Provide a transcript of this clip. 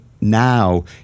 now